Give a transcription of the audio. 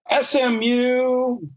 SMU